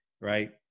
right